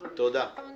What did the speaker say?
תודה, גברתי.